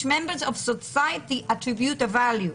members of society attribute a value.